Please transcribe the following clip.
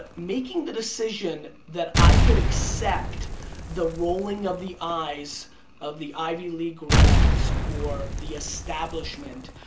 making the decision that i could accept the rolling of the eyes of the ivy league grads or the establishment